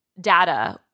data